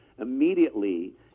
immediately